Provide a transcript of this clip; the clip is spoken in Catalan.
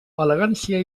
elegància